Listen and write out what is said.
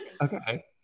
okay